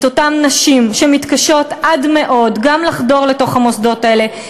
אותן נשים שמתקשות עד מאוד גם לחדור לתוך המוסדות האלה,